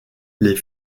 les